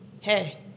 hey